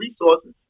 resources